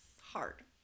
hard